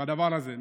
בגלל הדבר הזה.